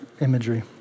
imagery